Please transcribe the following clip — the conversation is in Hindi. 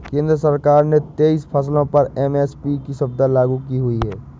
केंद्र सरकार ने तेईस फसलों पर एम.एस.पी की सुविधा लागू की हुई है